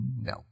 no